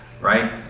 right